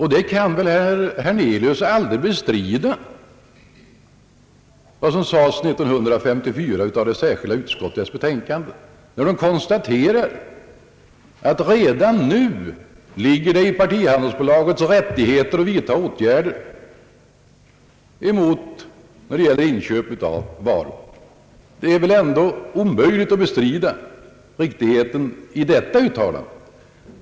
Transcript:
Herr Hernelius kan väl aldrig bestrida vad som sades 1954 i det särskilda utskottets betänkande. Där konstaterades, att partihandelsbolaget redan då har rättighet att vidta åtgärder när det är fråga om inköp av varor. Det är väl ändå omöjligt att bestrida riktigheten i detta uttalande?